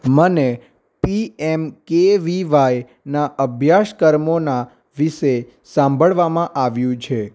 મને P M K V વાયના અભ્યાસક્રમોના વિશે સાંભળવામાં આવ્યું છે